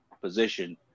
position